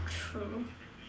true